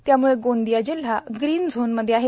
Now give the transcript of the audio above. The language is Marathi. त्यामुळे गोंदिया जिल्हा ग्रीन झोनमध्ये आहे